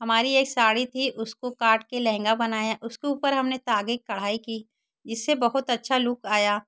हमारी एक साड़ी थी उसको काट कर लहँगा बनाया उसके ऊपर हमने तागे की कढ़ाई की जिससे बहुत अच्छा लुक आया